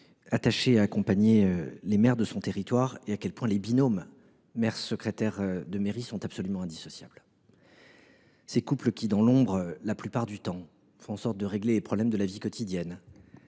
attaché à accompagner les maires de votre territoire et à quel point les binômes maire secrétaire de mairie sont absolument indissociables. La plupart du temps dans l’ombre, ces couples font en sorte de régler les problèmes de la vie quotidienne,